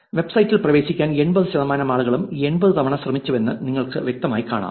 വെബ്സൈറ്റിൽ പ്രവേശിക്കാൻ 80 ശതമാനം ആളുകളും 80 തവണ ശ്രമിച്ചുവെന്ന് നിങ്ങൾക്ക് വ്യക്തമായി കാണാം